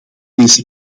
deze